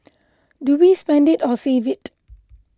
do we spend it or save it